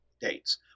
dates